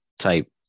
type